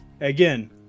Again